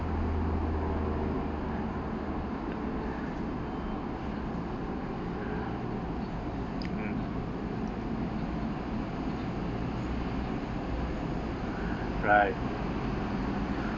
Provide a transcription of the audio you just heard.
um right